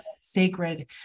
sacred